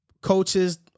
coaches